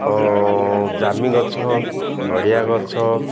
ଜାମୁ ଗଛ ନଡ଼ିଆ ଗଛ